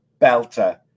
belter